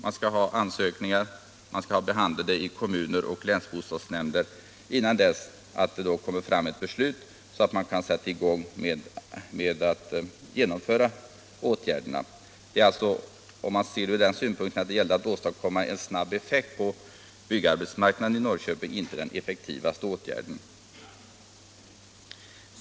Det skall skrivas ansökningar som sedan skall behandlas i kommuner och länsbostadsnämnd innan det kan komma fram beslut som gör det möjligt att sätta i gång åtgärderna. Om man ser till önskemålet att åstadkomma en snabb effekt på byggarbetsmarknaden i Norrbotten är socialdemokraternas förslag alltså inte det mest verkningsfulla.